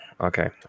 Okay